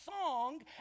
song